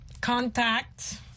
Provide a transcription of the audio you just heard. contact